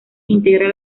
integra